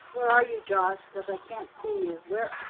are you josh? because i can't see you.